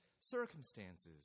circumstances